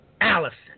Allison